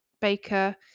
baker